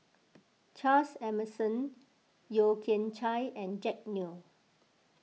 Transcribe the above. Charles Emmerson Yeo Kian Chai and Jack Neo